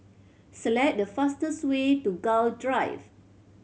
select the fastest way to Gul Drive